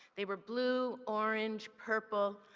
they were blue, orange, purple,